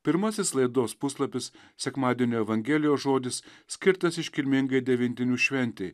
pirmasis laidos puslapis sekmadienio evangelijos žodis skirtas iškilmingai devintinių šventei